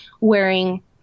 wearing